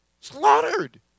slaughtered